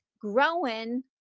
growing